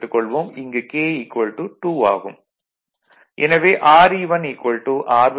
இங்கு K 2 ஆகும்